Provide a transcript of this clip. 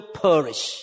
perish